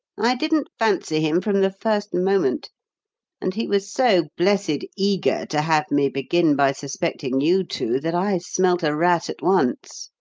i didn't fancy him from the first moment and he was so blessed eager to have me begin by suspecting you two, that i smelt a rat at once.